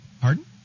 Pardon